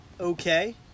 okay